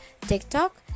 TikTok